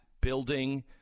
building